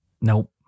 Nope